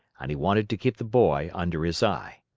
and he wanted to keep the boy under his eye.